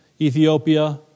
Ethiopia